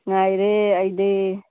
ꯉꯥꯏꯔꯦ ꯑꯩꯗꯤ